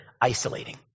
isolating